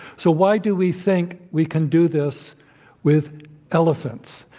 so why do we think we can do this with elephants?